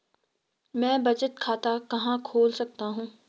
मैं बचत खाता कहां खोल सकता हूँ?